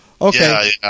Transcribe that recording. Okay